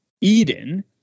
Eden